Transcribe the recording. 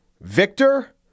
victor